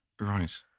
Right